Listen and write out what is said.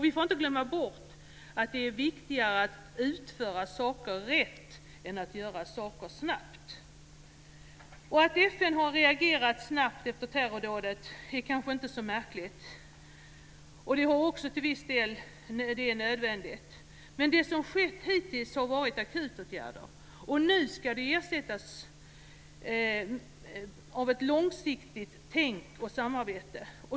Vi får inte glömma bort att det är viktigare att utföra saker rätt än att göra saker snabbt. Att FN har reagerat snabbt efter terrordådet är kanske inte så märkligt. Det är också till viss del nödvändigt. Men det som skett hittills har varit akutåtgärder. Nu ska de ersättas av ett långsiktigt tankeoch samarbete.